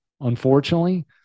unfortunately